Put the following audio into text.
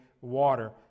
water